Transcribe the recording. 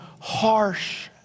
harsh